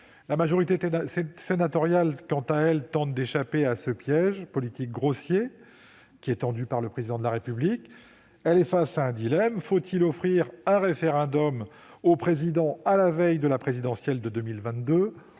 La majorité sénatoriale, quant à elle, tente d'échapper à ce piège politique grossier tendu par le Président de la République. Elle est face à un dilemme : faut-il offrir un référendum au chef de l'État à la veille de la présidentielle de 2022